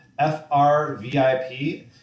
FRVIP